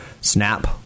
Snap